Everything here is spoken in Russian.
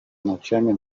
ночами